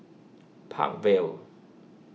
Park Vale